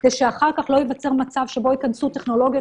כדי שאחר כך לא ייווצר מצב שבו יכנסו טכנולוגיות